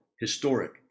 historic